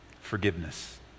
forgiveness